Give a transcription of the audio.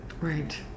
right